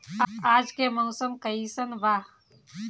आज के मौसम कइसन बा?